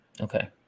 okay